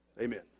Amen